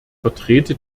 vertrete